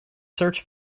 search